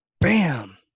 Bam